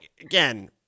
again